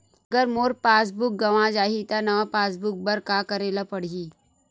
अगर मोर passbook गवां जाहि त नवा पास बुक बर का करे ल पड़हि?